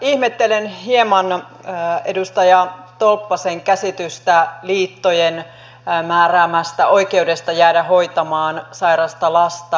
ihmettelen hieman edustaja tolppasen käsitystä liittojen määräämästä oikeudesta jäädä hoitamaan sairasta lasta